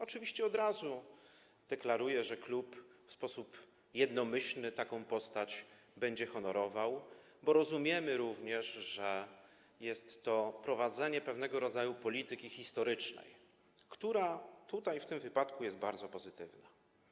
Oczywiście od razu deklaruję, że klub w sposób jednomyślny taką postać będzie honorował, bo rozumiemy, że jest to prowadzenie pewnego rodzaju polityki historycznej, która w tym wypadku jest bardzo pozytywna.